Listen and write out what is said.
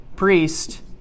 Priest